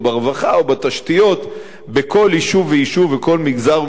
בתשתיות בכל יישוב ויישוב ובכל מגזר ומגזר,